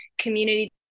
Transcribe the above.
community